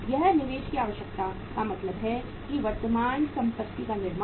यह निवेश की आवश्यकता का मतलब है कि वर्तमान संपत्ति का निर्माण